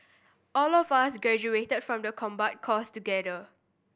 all of us graduated from the combat course together